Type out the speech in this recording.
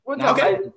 Okay